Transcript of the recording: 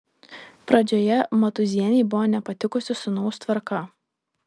pradžioje matūzienei buvo nepatikusi sūnaus tvarka